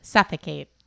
Suffocate